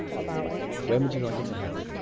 about it? when would you like it to happen?